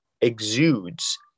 exudes